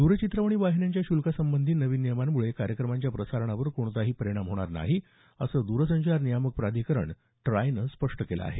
द्रचित्रवाणी वाहिन्यांच्या श्ल्कासंबंधी नवीन नियमांमुळे कार्यक्रमांच्या प्रसारणावर कोणताही परिणाम होणार नाही असं द्रसंचार नियामक प्राधिकरण ट्रायनं स्पष्ट केलं आहे